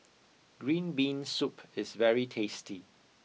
green bean soup is very tasty